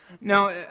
Now